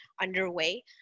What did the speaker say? underway